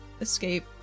escape